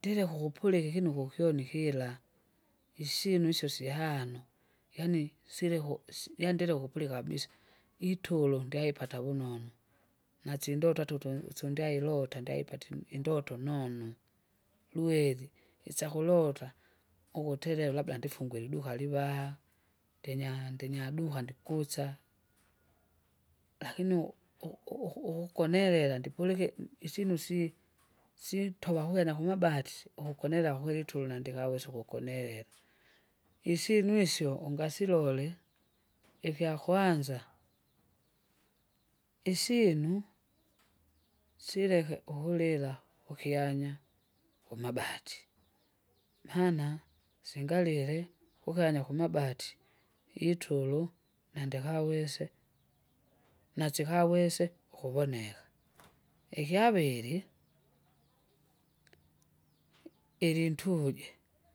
ndileke ukupulika ikunuku kyoni ikira, isyinu isyo sihano, yaani siliku si- yaani ndili ukupulika kabisa, itulo ndyaipata vunonu, nasindotwa atatu usundya ilota ndyaipati indoto indoto nono. lweri, isyakulota, ukutele labda ndufungwe liduka livaha, ndinya ndinya duka ndikusa. Lakini uhu- u- u- uhu- uhukonelela isyinu sii- sitova kukenya kumabati ukukonelela kulitulo nandikawesa ukukonelela isyinu isyo ungasilole ikyakwanza isyinu sileke ukulila ukyanya kumabati. maana singarile kukyanya kumabati itulu nandikawese nasikawese ukuvoneka, ikyavili ilintuje.